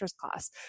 class